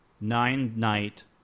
nine-night